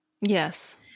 Yes